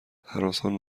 هراسان